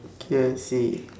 K I see